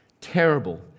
terrible